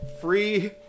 Free